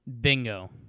Bingo